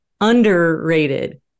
underrated